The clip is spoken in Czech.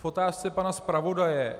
K otázce pana zpravodaje.